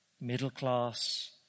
middle-class